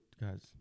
guys